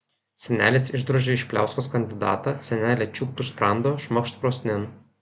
senelis išdrožė iš pliauskos kandidatą senelė čiūpt už sprando šmakšt krosnin